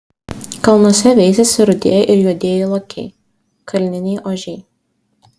kalnuose veisiasi rudieji ir juodieji lokiai kalniniai ožiai